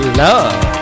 love